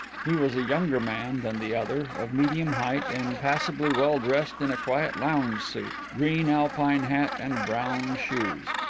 he was a younger man than the other, of medium height, and passably well dressed in a quiet lounge suit, green alpine hat and brown shoes.